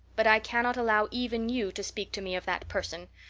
but i cannot allow even you to speak to me of that person.